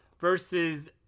Versus